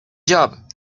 job